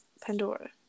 Pandora